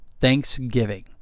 Thanksgiving